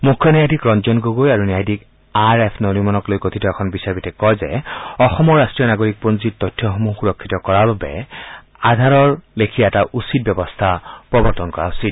মুখ্য ন্যায়াধীশ ৰঞ্জন গগৈ আৰু ন্যায়াধীশ আৰ এফ নৰিমনক লৈ গঠিত এখন বিচাৰপীঠে কয় যে অসমৰ ৰাষ্ট্ৰীয় নাগৰিকপঞ্জীৰ তথ্যসমূহ সুৰক্ষিত কৰাৰ বাবে আধাৰ তথ্যৰ লেখীয়া এটা উচিত ব্যৱস্থা প্ৰৱৰ্তন কৰা উচিত